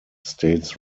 states